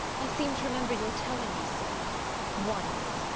i seem to remember your telling me so once,